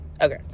okay